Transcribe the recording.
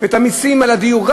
ואת המסים על הדיור,